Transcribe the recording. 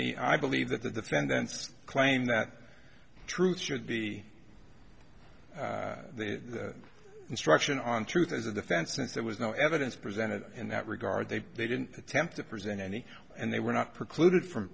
the i believe that the defendant's claim that truth should be the instruction on truth is of the fence since there was no evidence presented in that regard they they didn't attempt to present any and they were not precluded from